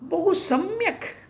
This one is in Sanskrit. बहु सम्यक्